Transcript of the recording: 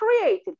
created